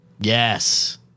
Yes